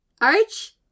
arch